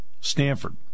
Stanford